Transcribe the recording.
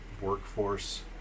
workforce